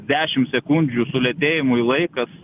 dešim sekundžių sulėtėjimui laikas